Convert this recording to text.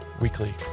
weekly